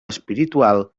espiritual